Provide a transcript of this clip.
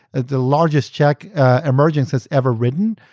the largest check emergence has ever written,